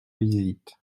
visite